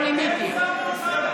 הם שלחו אותו.